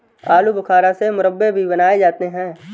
आलू बुखारा से मुरब्बे भी बनाए जाते हैं